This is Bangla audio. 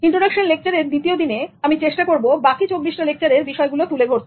ইন্ট্রোডাকশন লেকচারের দ্বিতীয় দিনে আমি চেষ্টা করব বাকি 24 টি লেকচারের বিষয়গুলো তুলে ধরতে